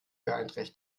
beeinträchtigen